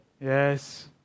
Yes